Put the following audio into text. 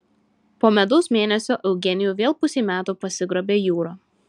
po medaus mėnesio eugenijų vėl pusei metų pasigrobė jūra